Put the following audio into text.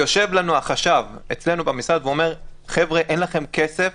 יושב החשב אצלנו במשרד ואומר שאין לנו כסף